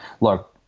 look